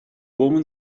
woman